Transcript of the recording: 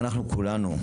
אנחנו כולנו,